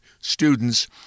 students